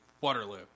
Waterloo